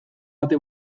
ate